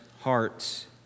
hearts